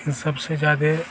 इन सबसे ज़्यादा